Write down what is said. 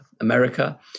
america